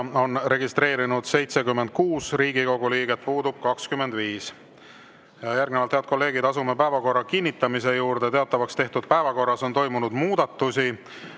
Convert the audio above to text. end registreerinud 76 Riigikogu liiget, puudub 25. Järgnevalt, head kolleegid, asume päevakorra kinnitamise juurde. Teatavaks tehtud päevakorras on toimunud muudatusi.